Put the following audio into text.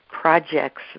projects